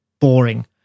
boring